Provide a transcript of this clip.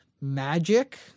magic